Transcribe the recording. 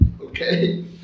Okay